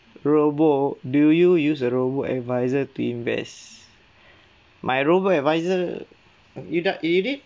robo do you you use a robo-advisor to invest my robo-advisor you not you didn't